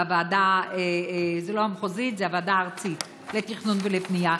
בוועדה הארצית לתכנון ולבנייה,